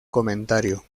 comentario